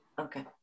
Okay